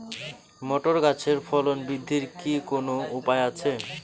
Motor গাছের ফলন বৃদ্ধির কি কোনো উপায় আছে?